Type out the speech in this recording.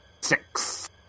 Six